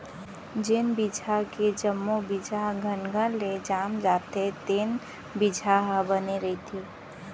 जेन बिजहा के जम्मो बीजा ह घनघन ले जाम जाथे तेन बिजहा ह बने रहिथे